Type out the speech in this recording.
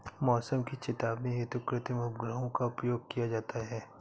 मौसम की चेतावनी हेतु कृत्रिम उपग्रहों का प्रयोग किया जाता है